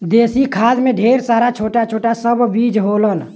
देसी खाद में ढेर सारा छोटा छोटा सब जीव होलन